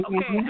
Okay